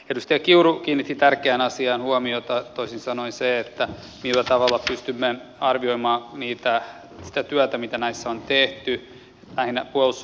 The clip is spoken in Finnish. edustaja kiuru kiinnitti tärkeään asiaan huomiota toisin sanoen siihen millä tavalla pystymme arvioimaan sitä työtä mitä näissä on tehty lähinnä siis puolustusvoimien näkökulmasta